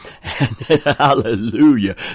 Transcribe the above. Hallelujah